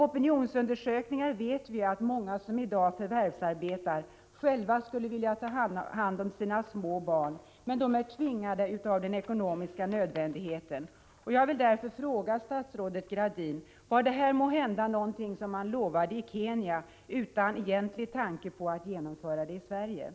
Opinionsundersökningar har visat att många som i dag förvärvsarbetar själva skulle vilja ta hand om sina små barn, men på grund av den ekonomiska situationen är de tvingade att förvärvsarbeta.